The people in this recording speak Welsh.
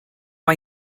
mae